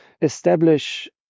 establish